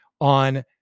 on